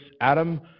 Adam